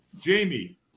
Jamie